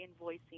invoicing